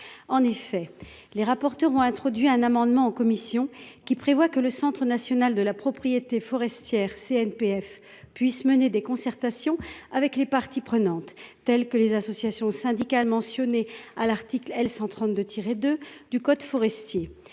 en effet les rapporteurs ont introduit un amendement en commission qui prévoit que le Centre national de la propriété forestière CNPF puisse mener des concertations avec les parties prenantes, telles que les associations syndicales mentionnés à l'article L 132 tiré de du code forestier,